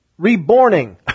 reborning